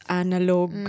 analog